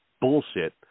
bullshit